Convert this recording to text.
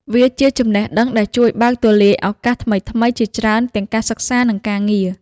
វាជាចំណេះដឹងដែលជួយបើកទូលាយឱកាសថ្មីៗជាច្រើនទាំងការសិក្សា និងការងារ។